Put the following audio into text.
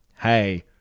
hey